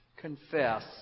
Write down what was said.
confess